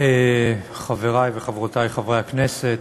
תודה רבה, חברי וחברותי חברי הכנסת,